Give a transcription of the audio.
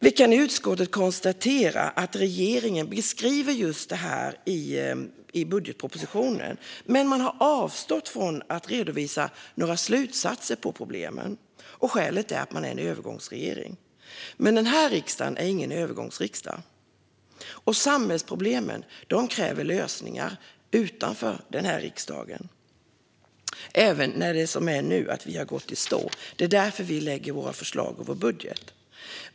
Vi i utskottet kan konstatera att regeringen beskriver just detta i budgetpropositionen men har avstått från att redovisa några slutsatser om problemen. Skälet är att man är en övergångsregering. Men denna riksdag är ingen övergångsriksdag, och samhällsproblemen kräver lösningar utanför riksdagen, även när vi, som nu, har gått i stå. Det är därför vi lägger fram våra förslag och vår budget.